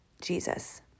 Jesus